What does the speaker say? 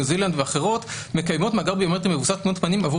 ניו זילנד ואחרות מקיימות מאגר ביטחוני מבוסס תמונות פנים עבור